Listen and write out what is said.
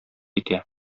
итә